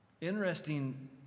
Interesting